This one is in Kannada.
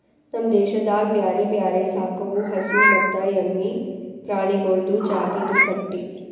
ನಮ್ ದೇಶದಾಗ್ ಬ್ಯಾರೆ ಬ್ಯಾರೆ ಸಾಕವು ಹಸು ಮತ್ತ ಎಮ್ಮಿ ಪ್ರಾಣಿಗೊಳ್ದು ಜಾತಿದು ಪಟ್ಟಿ